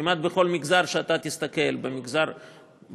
כמעט בכל מגזר שאתה תסתכל, ברוכות.